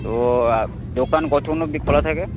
তো দোকান কতক্ষণ অবধি খোলা থাকে